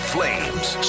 Flames